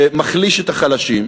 שמחליש את החלשים.